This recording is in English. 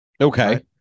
Okay